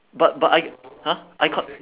but but I !huh! I con~